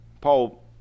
Paul